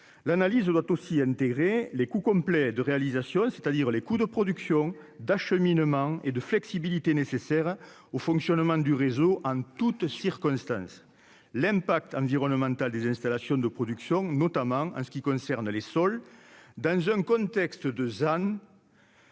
l'analyse doit aussi intégrer les coûts complets de réalisation, c'est-à-dire les coûts de production d'acheminement et de flexibilité nécessaire au fonctionnement du réseau en toutes circonstances l'impact environnemental des installations de production, notamment en ce qui concerne les sols dans un contexte de.